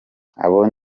abo